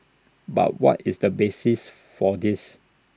but what is the basis for this